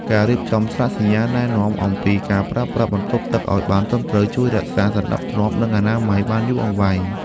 ការរៀបចំស្លាកសញ្ញាណែនាំអំពីការប្រើប្រាស់បន្ទប់ទឹកឱ្យបានត្រឹមត្រូវជួយរក្សាសណ្តាប់ធ្នាប់ និងអនាម័យបានយូរអង្វែង។